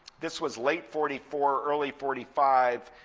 this was late forty four, early forty five.